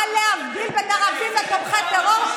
על להבדיל בין ערבים לתומכי טרור.